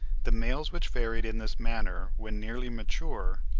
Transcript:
the males which varied in this manner when nearly mature,